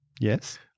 Yes